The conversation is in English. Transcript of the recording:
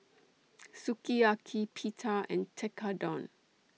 Sukiyaki Pita and Tekkadon